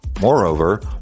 Moreover